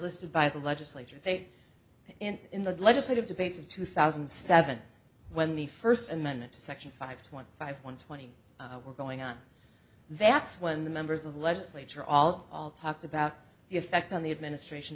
listed by the legislature in in the legislative debates of two thousand and seven when the first amendment to section five twenty five one twenty were going on that's when the members of the legislature all all talked about the effect on the administration